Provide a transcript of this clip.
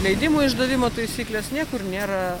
leidimų išdavimo taisykles niekur nėra